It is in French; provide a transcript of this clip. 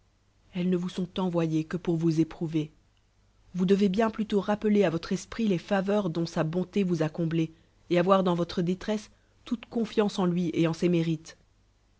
elles ne vous sont envoyées liue pour vous épi nu er vous dc'ez bien plutôt rappeler votre csprü les faveurs dont sa boulé vous comblé et avoir dans votre délresse toute confiance en lui et en ses